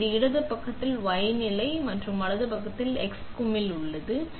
எனவே இது இடது பக்கத்தில் Y நிலை மற்றும் வலது பக்க x குமிழ் உள்ளது